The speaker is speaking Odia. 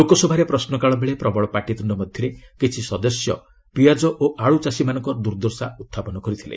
ଲୋକସଭାରେ ପ୍ରଶ୍ନକାଳ ବେଳେ ପ୍ରବଳ ପାଟିତୁଣ୍ଡ ମଧ୍ୟରେ କିଛି ସଦସ୍ୟ ପିଆଜ ଓ ଆଳୁ ଚାଷୀମାନଙ୍କ ଦୁର୍ଦ୍ଦଶା ଉତ୍ଥାପନ କରିଥିଲେ